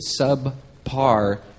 subpar